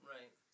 Right